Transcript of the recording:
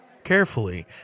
Carefully